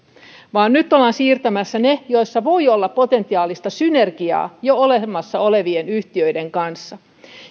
nyt ollaan siirtämässä ne joissa voi olla potentiaalista synergiaa jo olemassa olevien yhtiöiden kanssa